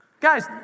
Guys